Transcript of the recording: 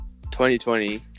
2020